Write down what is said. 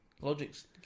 Logic's